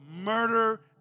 murder